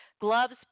gloves